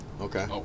Okay